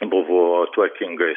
buvo tvarkingai